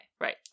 right